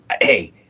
hey